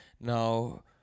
Now